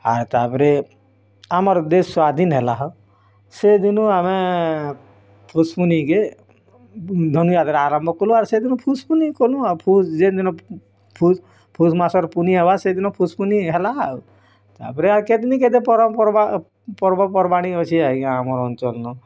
ଆ ତା'ପରେ ଆମର ଦେଶ ସ୍ୱାଧୀନ୍ ହେଲା ହୋ ସେ ଦିନୁଁ ଆମେ ପୁଷ୍ପୂନି କେ ଧନୁଯାତ୍ରା ଆରମ୍ଭ କଲୁ ଆଉ ସେ ଦିନୁ ପୁଷ୍ପୂନି କଲୁ ଆଉ ଯେନ୍ ଦିନ ପୁଷ୍ ମାସର ପୂର୍ଣ୍ଣିଆ ହେବେ ସେ ଦିନ ପୁଷ୍ପୁନି ହେଲା ଆଉ ତା'ପରେ ଆଉ କେତ୍ନି କେତେ ପରବ୍ ପର୍ବା ପର୍ବପର୍ବାଣୀ ଅଛେ ଆଜ୍ଞା ଆମ ଅଞ୍ଚଲ ନ